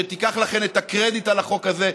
שתיקח לכן את הקרדיט על החוק הזה,